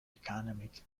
economic